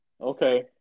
Okay